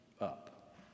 up